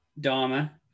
dharma